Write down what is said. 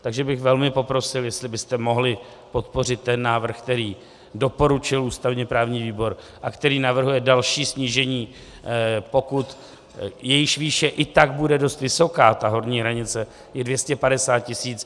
Takže bych velmi poprosil, jestli byste mohli podpořit ten návrh, který doporučil ústavněprávní výbor a který navrhuje další snížení pokut, jejichž výše bude i tak dost vysoká, ta horní hranice 250 tisíc.